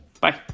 Bye